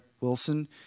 Wilson